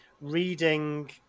reading